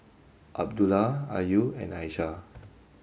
Abdullah Ayu and Aisyah